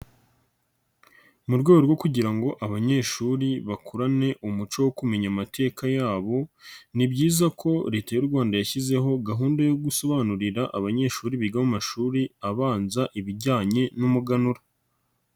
Mu rwego rwo kugira ngo abanyeshuri bakurane umuco wo kumenya amateka yabo, ni byiza ko Leta y'u Rwanda yashyizeho gahunda yo gusobanurira abanyeshuri biga mu mashuri abanza ibijyanye n'umuganura.